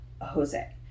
Jose